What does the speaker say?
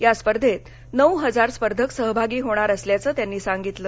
या स्पर्धेत नऊ हजार स्पर्धक सहभागी होणार असल्याचं त्यांनी सांगितलं